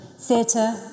theatre